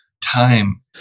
time